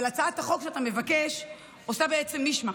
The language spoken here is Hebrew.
אבל הצעת החוק שאתה מבקש עושה בעצם מישמש